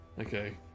okay